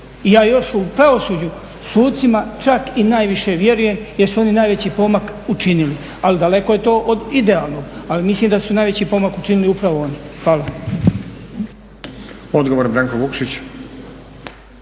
ja još u pravosuđu sucima čak i najviše vjerujem jer su oni najveći pomak učinili. Ali daleko je to od idealnog ali mislim da su najveći pomak učinili upravo oni. Hvala.